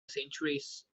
centuries